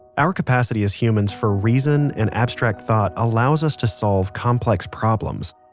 our capacity as humans for reason and abstract thought allows us to solve complex problems.